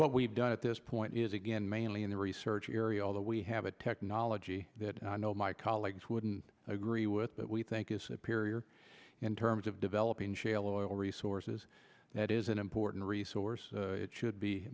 what we've done at this point is again mainly in the research area although we have a technology that i know my colleagues wouldn't agree with that we think is superior in terms of developing shale oil resources that is an important resource it should be